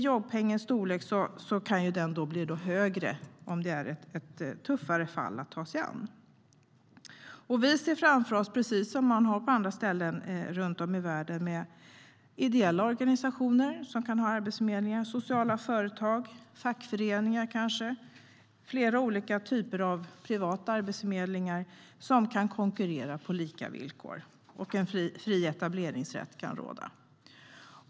Jobbpengens storlek blir högre om det är ett tuffare fall att ta sig an. Vi ser framför oss att ideella organisationer, sociala företag och fackföreningar ska kunna driva arbetsförmedling, precis som på andra ställen runt om i världen. Flera olika typer av privata arbetsförmedlingar ska kunna konkurrera på lika villkor. Fri etableringsrätt ska råda.